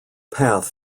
path